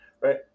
right